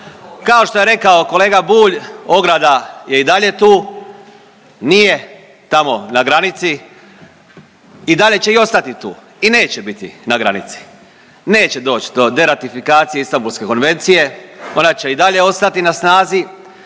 Kao što je rekao kolega Bulj ograda je i dalje tu, nije tamo na granici i dalje će i ostati tu i neće biti na granici, neće doći do deratifikacije Istanbulske konvencije, ona će i dalje ostati na snazi